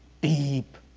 Deep